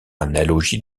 analogie